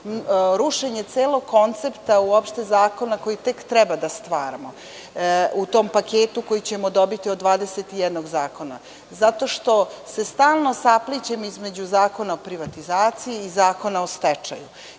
rušenje celog koncepta uopšte zakona koji tek treba da stvaramo u tom paketu koji ćemo dobiti od 21 zakona. Zato što se stalno saplićem između Zakona o privatizaciji i Zakona o stečaju.